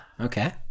okay